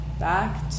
Back